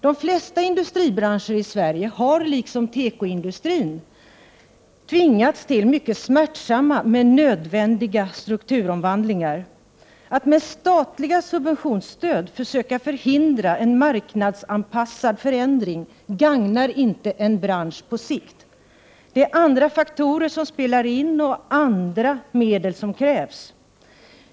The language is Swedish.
De flesta industribranscher i Sverige har liksom tekoindustrin tvingats till mycket smärtsamma men nödvändiga strukturomvandlingar. Att med statliga subventionsstöd försöka förhindra en marknadsanpassad förändring gagnar inte en bransch på sikt. Det är andra faktorer som spelar in och andra medel som krävs.